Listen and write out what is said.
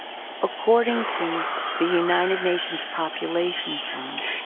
according to the united nations population fund,